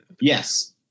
Yes